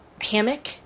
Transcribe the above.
hammock